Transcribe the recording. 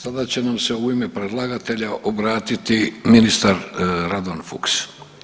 Sada će nam se u ime predlagatelja obratiti ministar Radova Fuchs.